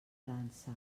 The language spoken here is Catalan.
dansa